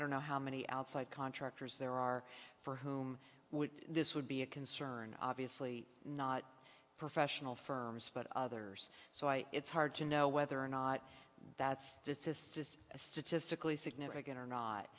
don't know how many outside contractors there are for whom would this would be a concern obviously not professional firms but others so i it's hard to know whether or not that's just this just a statistically significant or not